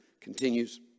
continues